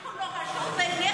--- הביקור לא חשוב בעיניך?